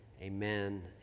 Amen